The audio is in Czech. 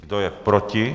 Kdo je proti?